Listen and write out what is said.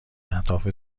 اهداف